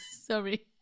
Sorry